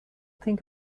think